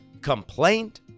complaint